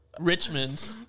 Richmond